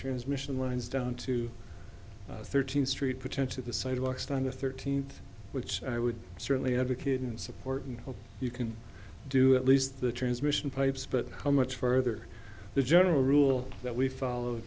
transmission lines down to thirteenth street potentia the sidewalks trying to thirteenth which i would certainly advocate and support and hope you can do at least the transmission pipes but how much further the general rule that we follow